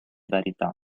varietà